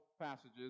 passages